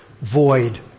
void